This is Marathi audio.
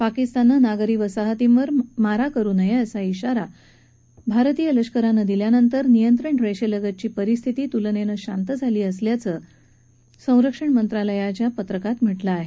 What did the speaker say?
पाकिस्ताननं नागरी वसाहतींवर मारा करु नये असा इशारा भारतीय लष्करानं दिल्यानंतर नियंत्रण रेषेलगतची परिस्थिती त्लनेनं शांत असल्याचंही संरक्षण मंत्रालयाच्या निवेदनात म्हटलं आहे